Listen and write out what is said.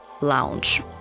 Lounge